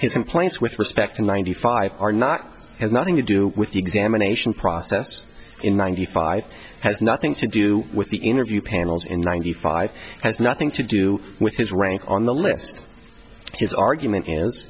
his complaints with respect to ninety five are not has nothing to do with the examination process in ninety five has nothing to do with the interview panels in ninety five has nothing to do with his rank on the list his argument